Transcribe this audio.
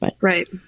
Right